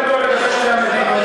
תשאל אותו מה עמדתו לגבי שתי המדינות.